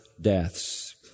deaths